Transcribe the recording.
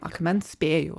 akmens spėju